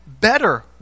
better